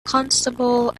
constable